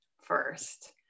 first